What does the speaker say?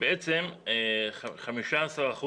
בעצם 15%